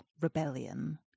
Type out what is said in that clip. rebellion